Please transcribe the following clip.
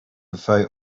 without